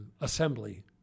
Assembly